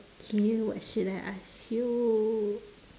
okay what should I ask you